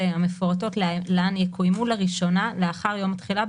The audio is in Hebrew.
המפורטות להלן יקוימו לראשונה לאחר יום התחילה,